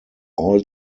all